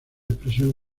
expresión